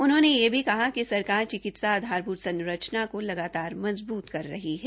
उन्होंने यह भी कहा कि सरकार चिकित्सा आधारभूत संरचना का लगातार मज़बूत कर रही है